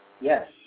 Yes